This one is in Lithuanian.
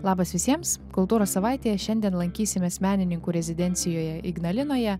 labas visiems kultūros savaitėje šiandien lankysimės menininkų rezidencijoje ignalinoje